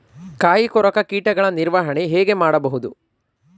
ಕಾಯಿ ಕೊರಕ ಕೀಟಗಳ ನಿರ್ವಹಣೆ ಹೇಗೆ ಮಾಡಬಹುದು?